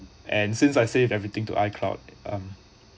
and since I saved everything to icloud um